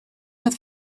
had